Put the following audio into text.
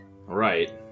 Right